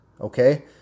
okay